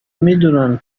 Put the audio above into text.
میدونن